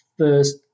First